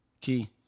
Key